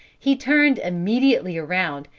he turned immediately around,